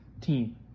team